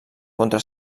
contra